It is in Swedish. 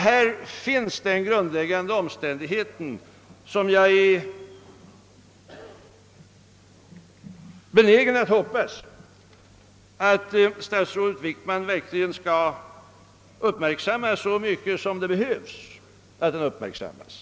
Här finns den grundläggande omständigheten som jag är benägen att hoppas att statsrådet Wickman verkligen uppmärksammar så mycket som den behöver uppmärksammas.